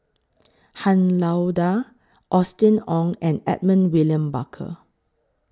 Han Lao DA Austen Ong and Edmund William Barker